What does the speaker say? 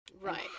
Right